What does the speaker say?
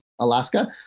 Alaska